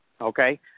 okay